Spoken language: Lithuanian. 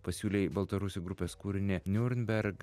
pasiūlei baltarusių grupės kūrinį niurnberg